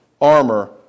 armor